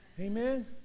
Amen